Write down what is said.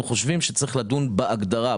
אנחנו חושבים שצריך לדון בהגדרה,